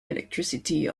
electricity